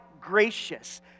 gracious